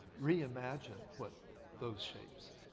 re-imagine what those shapes,